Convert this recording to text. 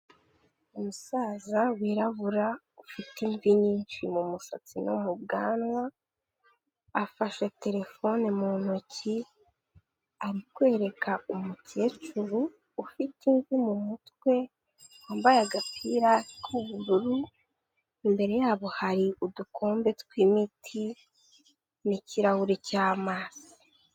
Umusaza wirabura ufite imvi nyinshi mu musatsi no mu bwanwa, afashe telefone mu ntoki, ari kwereka umukecuru ufite imvi mu mutwe, wambaye agapira k'ubururu imbere yabo hari udukombe tw'imiti n'ikirahuri cy'amazi.